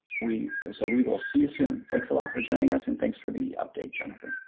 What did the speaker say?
we so we will see you soon. thanks a lot for joining us and thanks for the update jennifer.